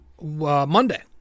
Monday